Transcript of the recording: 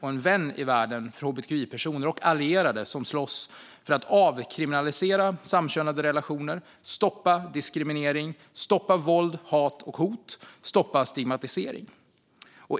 och en vän i världen för hbtqi-personer och allierade som slåss för att avkriminalisera samkönade relationer och stoppa diskriminering, våld, hat, hot och stigmatisering.